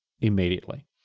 immediately